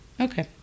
Okay